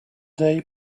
day